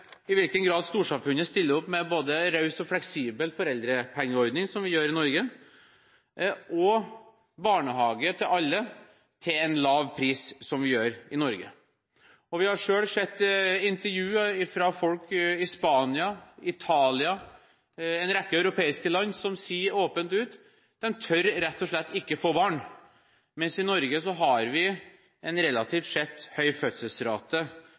i hvilken grad storsamfunnet stiller opp med både raus og fleksibel foreldrepengeordning – som vi gjør i Norge – og barnehage til alle til en lav pris – som vi gjør i Norge. Vi har selv sett intervjuer med folk i Spania, Italia og en rekke europeiske land der man sier åpent at man rett og slett ikke tør å få barn, mens i Norge har vi en relativt sett høy fødselsrate